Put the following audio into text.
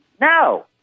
No